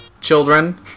Children